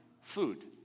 food